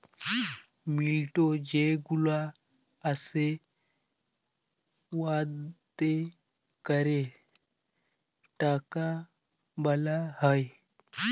মিল্ট যে গুলা আসে উয়াতে ক্যরে টাকা বালাল হ্যয়